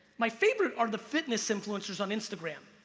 my favorite are the fitness influences on instagram.